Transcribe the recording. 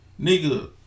Nigga